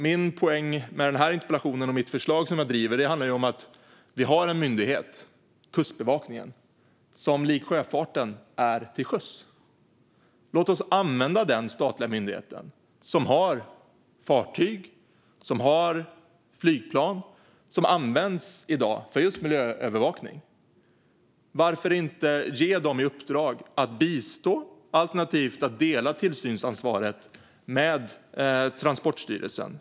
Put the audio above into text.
Min poäng med den här interpellationen och förslaget som jag driver handlar om att vi har en myndighet, Kustbevakningen, som likt sjöfarten är till sjöss. Låt oss använda den statliga myndigheten, som har fartyg och flygplan som i dag används för just miljöövervakning. Varför inte ge dem i uppdrag att bistå, alternativt dela tillsynsansvaret med Transportstyrelsen?